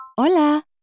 Hola